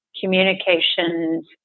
communications